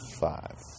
Five